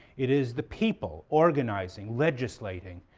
it is the people organizing, legislating,